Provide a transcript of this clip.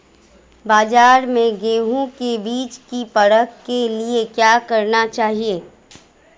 बाज़ार में गेहूँ के बीज की परख के लिए क्या करना चाहिए?